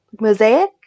Mosaic